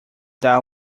dar